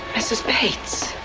mrs. bates